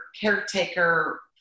caretaker